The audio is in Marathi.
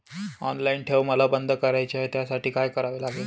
ऑनलाईन ठेव मला बंद करायची आहे, त्यासाठी काय करावे लागेल?